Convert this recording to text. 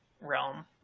realm